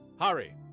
Hurry